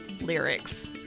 lyrics